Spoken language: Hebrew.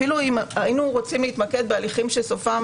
אפילו היינו רוצים להתמקד בהליכים שסופם